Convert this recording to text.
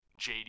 JD